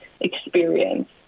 experience